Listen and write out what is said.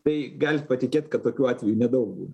tai galit patikėt kad tokių atvejų nedaug būna